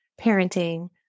parenting